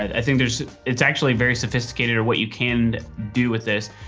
i think there's it's actually very sophisticated or what you can do with this.